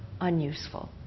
unuseful